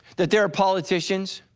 that there are politicians,